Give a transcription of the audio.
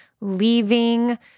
leaving